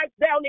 down